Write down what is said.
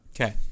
Okay